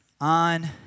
on